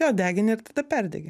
jo degini ir tada perdegi